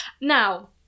Now